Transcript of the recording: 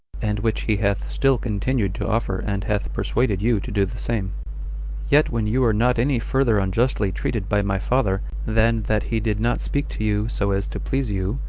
and which he hath still continued to offer and hath persuaded you to do the same yet when you were not any further unjustly treated by my father, than that he did not speak to you so as to please you,